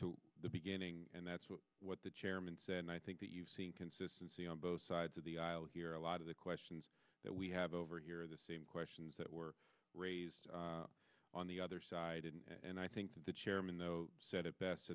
to the beginning and that's what the chairman said and i think that you've seen consistency on both sides of the aisle here a lot of the questions that we have over here are the same questions that were raised on the other side and i think that the chairman though said it best